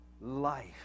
life